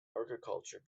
agriculture